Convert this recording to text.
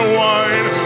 wine